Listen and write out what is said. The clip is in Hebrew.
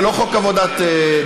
זה לא חוק עבודת נשים,